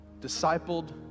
discipled